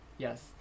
Yes